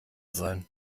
sein